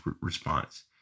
response